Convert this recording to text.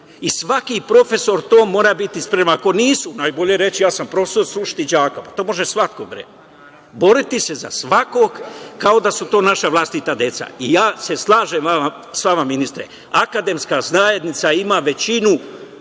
i svaki profesor mora biti spreman. Ako nisu, najbolje je reći ja sam profesor, srušiti đaka. To može svako. Boriti se za svakog kao da su to naša vlastita deca. Slažem se sa vama ministre, akademska zajednica ima većinu,